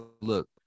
look